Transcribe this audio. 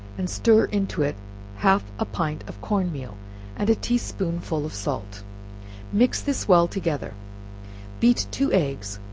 and stir into it half a pint of corn meal and a tea-spoonful of salt mix this well together beat two eggs,